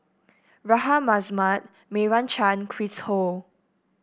Rahayu Mahzam Meira Chand Chris Ho